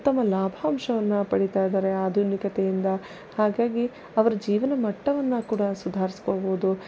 ಉತ್ತಮ ಲಾಭಾಂಶವನ್ನು ಪಡೀತ ಇದ್ದಾರೆ ಆಧುನಿಕತೆಯಿಂದ ಹಾಗಾಗಿ ಅವರ ಜೀವನ ಮಟ್ಟವನ್ನು ಕೂಡಾ ಸುಧಾರಿಸ್ಕೋಬೋದು